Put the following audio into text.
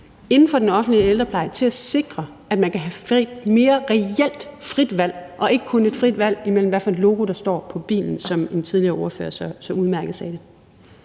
inden for den offentlige ældrepleje til at sikre, at man kan have et mere reelt frit valg og ikke kun et frit valg, med hensyn til hvilket logo der står på bilen, som en tidligere ordfører så udmærket sagde